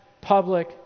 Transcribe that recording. public